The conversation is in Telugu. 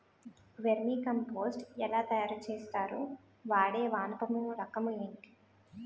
వెర్మి కంపోస్ట్ ఎలా తయారు చేస్తారు? వాడే వానపము రకం ఏంటి?